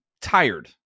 tired